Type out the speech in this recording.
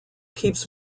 keeps